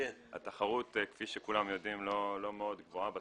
התחרות, כפי שכולם יודעים, לא מאוד גבוהה בתחום.